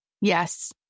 Yes